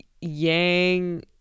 Yang